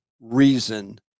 reason